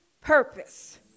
purpose